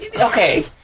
Okay